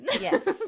yes